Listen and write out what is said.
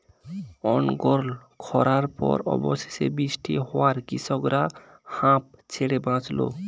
অনর্গল খড়ার পর অবশেষে বৃষ্টি হওয়ায় কৃষকরা হাঁফ ছেড়ে বাঁচল